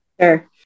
Sure